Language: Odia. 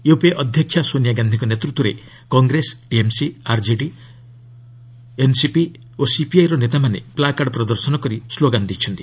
ୟୁପିଏ ଅଧ୍ୟକ୍ଷା ସୋନିଆ ଗାନ୍ଧିଙ୍କ ନେତୃତ୍ୱରେ କଂଗ୍ରେସ ଟିଏମ୍ସି ଆର୍କେଡି ଏମ୍ସିପି ଓ ସିପିଆଇର ନେତାମାନେ ପ୍ଲାକାର୍ଡ଼ ପ୍ରଦର୍ଶନ କରି ସ୍ଲୋଗାନ୍ ଦେଇଛନ୍ତି